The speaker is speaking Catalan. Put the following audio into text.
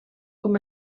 com